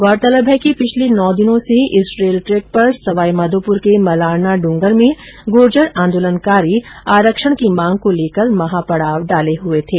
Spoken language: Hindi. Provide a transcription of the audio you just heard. गौरतलब है कि पिछले नौ दिनों से इस रेलवे ट्रैक पर सवाई माधोपुर के मलराना डूंगर में गुर्जर आंदोलनकारी आरक्षण की मांग को लेकर महापड़ाव डाले हुए थे